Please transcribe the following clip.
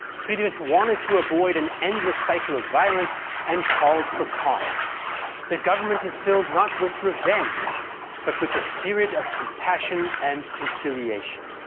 friedrich wanted to avoid an endless cycle of violence and called for calm the government is filled not with revenge but with the spirit of compassion and conciliation.